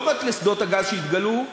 לא רק לשדות הגז שהתגלו,